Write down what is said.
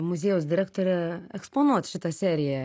muziejaus direktorę eksponuot šitą seriją